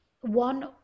one